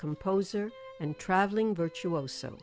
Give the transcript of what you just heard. composer and travelling virtuoso